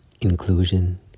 inclusion